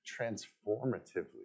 transformatively